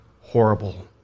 horrible